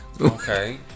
okay